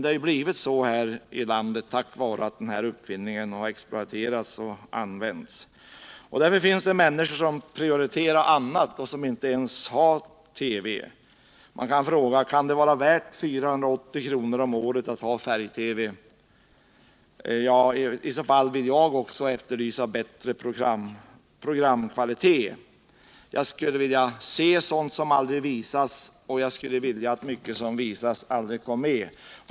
Det har dock blivit på det sättet på grund av att denna uppfinning exploaterats och använts. Det finns emellertid människor som prioriterar annat och inte ens har någon TV-apparat. Man kan fråga sig: Är det värt 480 kr. om året att ha färg TV? Jag vill i så fall också efterlysa bättre programkvalitet. Jag skulle vilja se sådant som aldrig visas, och jag skulle vilja att mycket som visas aldrig visades.